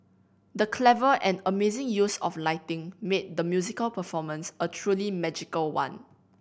the clever and amazing use of lighting made the musical performance a truly magical one